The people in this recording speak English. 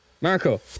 Marco